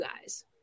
guys